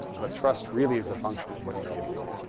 but trust really is a function of what you give away.